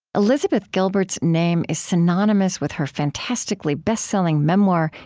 elizabeth gilbert's name is synonymous with her fantastically bestselling memoir,